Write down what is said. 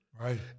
Right